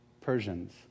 Persians